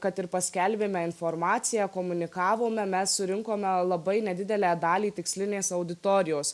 kad ir paskelbėme informaciją komunikavome mes surinkome labai nedidelę dalį tikslinės auditorijos